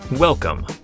Welcome